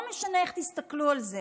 לא משנה איך תסתכלו על זה